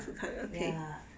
ya